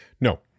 no